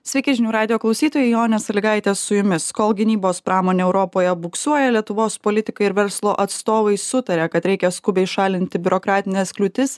sveiki žinių radijo klausytojai onė saligaitė su jumis kol gynybos pramonė europoje buksuoja lietuvos politikai ir verslo atstovai sutaria kad reikia skubiai šalinti biurokratines kliūtis